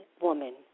woman